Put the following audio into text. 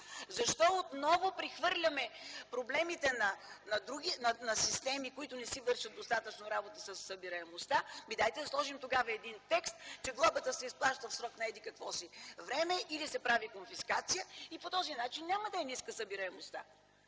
Защо отново прехвърляме проблемите на системи, които не си вършат достатъчно работа със събираемостта? Дайте да сложим тогава един текст, че глобата се изплаща в срок на еди-какво си време или се прави конфискация, и по този начин няма да е ниска събираемостта!